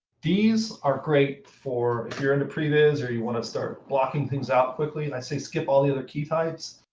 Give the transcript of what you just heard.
these are great for, if you're in a previz or you want to start blocking things out quickly, and i say, skip all the other key types,